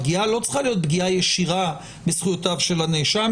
הפגיעה לא צריכה להיות פגיעה ישירה בזכויותיו של הנאשם,